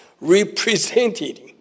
represented